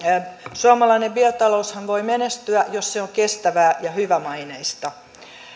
suomalainen biotaloushan voi menestyä jos se on kestävää ja hyvämaineista